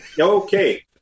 Okay